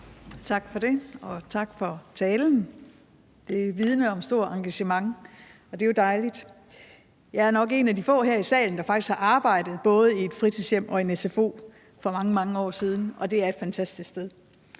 Tak for det. Og tak for talen. Den vidner om et stort engagement, og det er jo dejligt. Jeg er nok en af de få her i salen, der faktisk har arbejdet både i et fritidshjem og i en sfo for mange, mange år siden, og det er fantastiske steder.